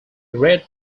red